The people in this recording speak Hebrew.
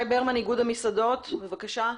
ברמן, איגוד המסעדות, בבקשה.